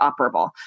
operable